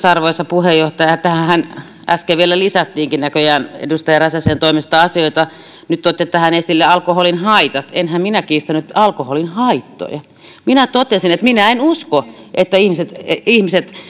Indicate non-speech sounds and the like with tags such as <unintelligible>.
<unintelligible> arvoisa puheenjohtaja tähänhän äsken näköjään vielä lisättiinkin edustaja räsäsen toimesta asioita nyt tuotte tähän esille alkoholin haitat enhän minä kiistänyt alkoholin haittoja minä totesin että minä en usko että ihmiset ihmiset